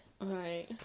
Right